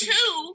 Two